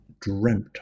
dreamt